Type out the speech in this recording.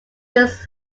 this